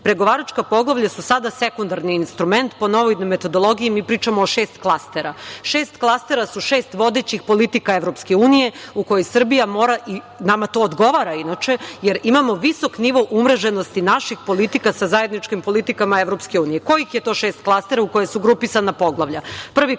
politika. Pregovaračka poglavlja su sada sekundarni instrument. Po novoj metodologiji, mi pričamo o šest klastera. Šest klastera su šest vodećih politika EU u koju Srbija mora… Nama to odgovara, inače, jer imamo visok nivo umreženosti naših politika sa zajedničkim politikama EU.Kojih je to šest klastera u koja su grupisana poglavlja? Prvi klaster